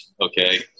Okay